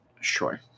Sure